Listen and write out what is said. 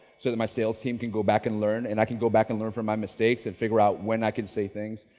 so that my sales team can go back and learn and i can go back and learn from my mistakes and figure out when i can say things.